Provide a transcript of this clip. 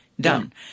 done